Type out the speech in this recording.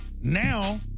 Now